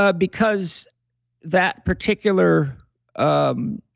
ah because that particular um